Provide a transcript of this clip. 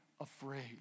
afraid